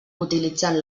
utilitzant